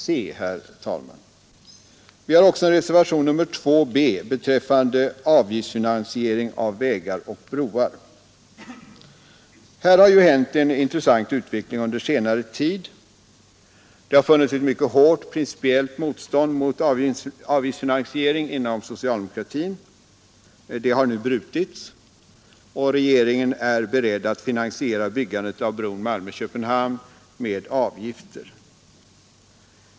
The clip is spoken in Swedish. Vi har också avgivit en reservation betecknad 2 b rörande avgiftsfinansiering av vägar och broar. Här har det under senare tid skett en intressant utveckling. Inom socialdemokratin har det funnits ett mycket hårt principiellt motstånd mot avgiftsfinansiering. Det har nu brutits. Regeringen är beredd att finansiera byggandet av bron Malmö—Köpenhamn med avgifter.